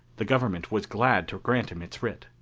the government was glad to grant him its writ.